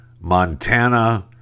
Montana